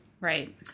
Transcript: Right